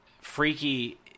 Freaky